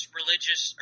religious